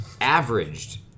Averaged